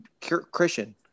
Christian